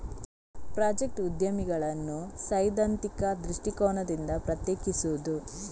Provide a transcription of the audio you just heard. project ಉದ್ಯಮಿಗಳನ್ನು ಸೈದ್ಧಾಂತಿಕ ದೃಷ್ಟಿಕೋನದಿಂದ ಪ್ರತ್ಯೇಕಿಸುವುದು